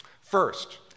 First